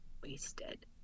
wasted